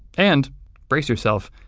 and brace yourself,